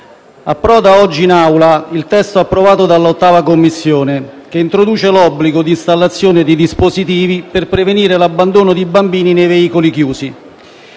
approda oggi in Aula il testo approvato dall'8a Commissione, che introduce l'obbligo di installazione di dispositivi per prevenire l'abbandono di bambini nei veicoli chiusi.